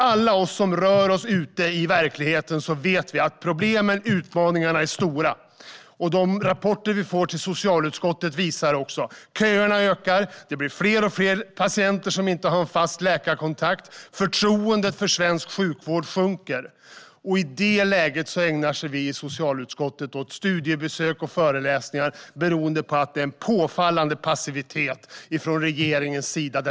Alla vi som rör oss ute i verkligheten vet att problemen och utmaningarna är stora. De rapporter vi får in till socialutskottet visar att köerna ökar, att det blir fler och fler patienter som inte har en fast läkarkontakt och att förtroendet för svensk sjukvård sjunker. I det läget ägnar vi i socialutskottet oss åt studiebesök och föreläsningar, vilket beror på en påfallande passivitet från regeringens sida.